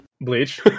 Bleach